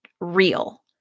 real